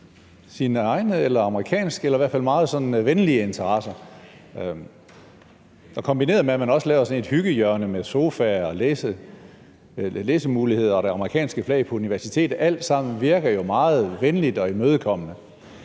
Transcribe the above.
sine egne eller amerikanske eller i hvert fald meget sådan venlige interesser – og kombineret med, at man også har lavet sådan et hyggehjørne med sofaer og læsemuligheder og det amerikanske flag på universitetet, virker det jo alt sammen meget venligt og imødekommende.